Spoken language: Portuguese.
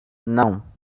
não